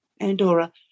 Andorra